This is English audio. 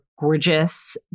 Gorgeous